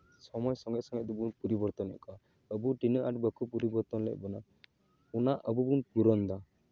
ᱥᱚᱢᱚᱭ ᱥᱚᱸᱜᱮ ᱥᱚᱸᱜᱮ ᱛᱮᱵᱚᱱ ᱯᱚᱨᱤᱵᱚᱨᱛᱚᱱ ᱞᱮᱫ ᱠᱚᱣᱟ ᱟᱵᱚ ᱛᱤᱱᱟᱹᱜ ᱟᱸᱴ ᱵᱟᱠᱚ ᱯᱚᱨᱤᱵᱚᱨᱛᱚᱱ ᱞᱮᱜ ᱵᱚᱱᱟ ᱚᱱᱟ ᱟᱵᱚ ᱵᱚᱱ ᱯᱩᱨᱚᱱ ᱮᱫᱟ